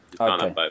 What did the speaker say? Okay